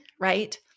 Right